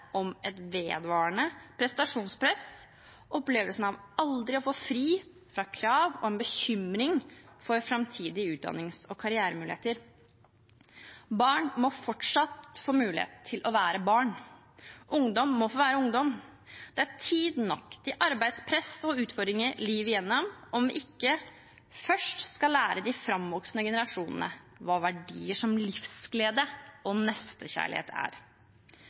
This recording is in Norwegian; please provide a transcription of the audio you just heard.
om et vedvarende prestasjonspress, om opplevelsen av aldri å få fri fra krav, og om bekymring for framtidige utdannings- og karrieremuligheter. Barn må fortsatt få mulighet til å være barn, og ungdom må få være ungdom. Det er tid nok til arbeidspress og utfordringer livet igjennom – skal vi ikke først lære de framvoksende generasjonene hva verdier som livsglede og nestekjærlighet er?